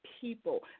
People